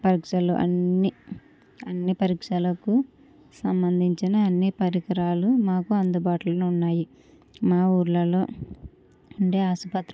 sugar పరీక్షలు అన్నీ అన్ని పరీక్షలకు సంబంధించిన అన్ని పరికరాలు మాకు అందుబాట్లో ఉన్నాయి మా ఊర్లలో ఉండే ఆసుపత్రిలో